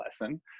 lesson